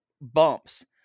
bumps